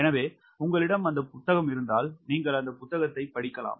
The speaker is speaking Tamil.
எனவே உங்களிடம் அந்த புத்தகம் இருந்தால் நீங்கள் அந்த புத்தகத்தைப் படிக்கலாம்